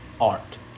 art